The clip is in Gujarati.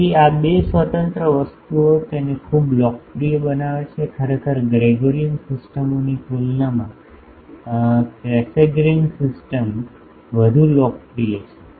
તેથી આ બે સ્વતંત્ર વસ્તુઓ તેને ખૂબ લોકપ્રિય બનાવે છે ખરેખર ગ્રેગોરિયન સિસ્ટમોની તુલનામાં કેસેગ્રેન સિસ્ટમ્સવધુ લોકપ્રિય છે